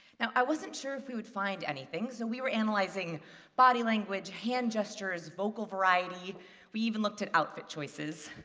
i wasn't sure if we would find anything, so we were analyzing body language, hand gestures, vocal variety we even looked at outfit choices,